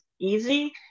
easy